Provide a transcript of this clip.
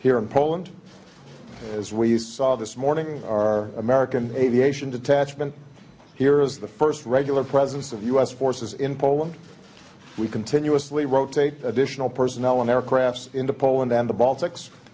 here in poland as we saw this morning our american aviation detachment here as the first regular presence of u s forces in poland we continuously rotate additional personnel on aircrafts into poland and the baltics